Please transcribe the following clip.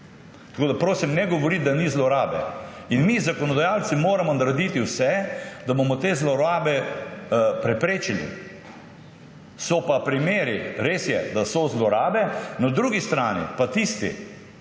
Tako da prosim, ne govoriti, da ni zlorabe. Mi zakonodajalci moramo narediti vse, da bomo te zlorabe preprečili. So pa primeri, res je, da so zlorabe, na drugi strani pa tisti